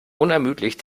unermüdlich